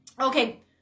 okay